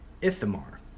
Ithamar